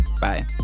Bye